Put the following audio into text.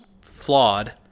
flawed